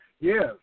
Yes